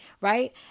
Right